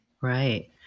Right